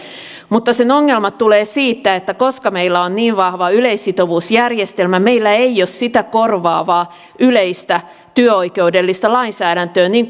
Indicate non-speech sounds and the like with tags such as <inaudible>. mutta sen ongelmat tulevat siitä että koska meillä on niin vahva yleissitovuusjärjestelmä meillä ei ole sitä korvaavaa yleistä työoikeudellista lainsäädäntöä niin <unintelligible>